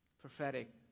Prophetic